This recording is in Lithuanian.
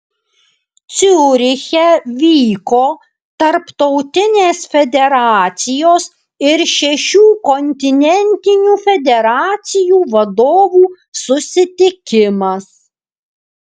ciuriche vyko tarptautinės federacijos ir šešių kontinentinių federacijų vadovų susitikimas